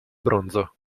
bronzo